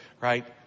right